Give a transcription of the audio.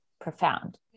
profound